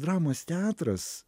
dramos teatras